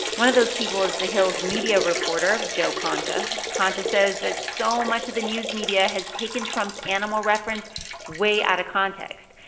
one of those people is the hill's media reporter, joe concha. concha says that so much of the news media has taken trump's animal reference way out of context.